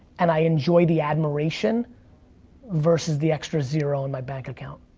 and i enjoy the admiration versus the extra zero on my bank account.